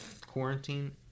Quarantine